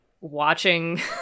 watching